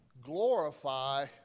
Glorify